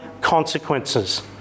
consequences